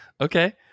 okay